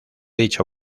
dicho